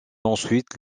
ensuite